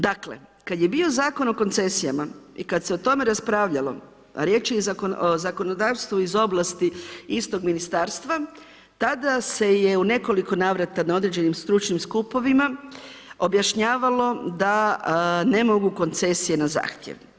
Dakle kad je bio Zakon o koncesijama i kad se o tome raspravljalo, riječ je o zakonodavstvu iz oblasti istog ministarstva, tada se je u nekoliko navrata na određenim stručnim skupovima objašnjavalo da ne mogu koncesije na zahtjev.